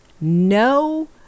no